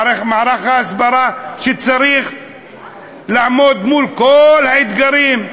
מערך ההסברה שצריך לעמוד מול כל האתגרים.